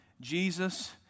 Jesus